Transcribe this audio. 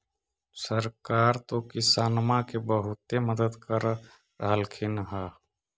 सरकार तो किसानमा के बहुते मदद कर रहल्खिन ह?